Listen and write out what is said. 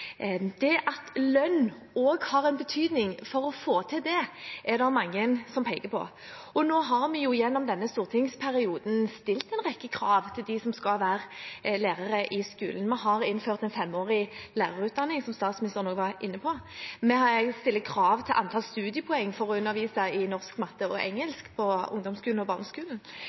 det, er det mange som heier på. Vi har gjennom denne stortingsperioden stilt en rekke krav til dem som skal være lærere i skolen: Vi har innført en femårig lærerutdanning, som statsministeren også var inne på, vi har stilt krav til antall studiepoeng for å undervise i norsk, matte og engelsk i ungdomsskolen og barneskolen,